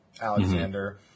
Alexander